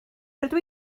rydw